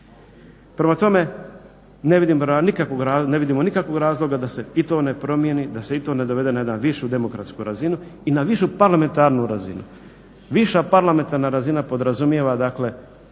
Prema tome, ne vidimo nikakvog razloga da se i to ne promjeni da se i to ne dovede na jednu višu demokratsku razinu i na višu parlamentarnu razinu. Viša parlamentarna razina podrazumijeva puno